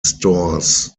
stores